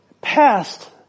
past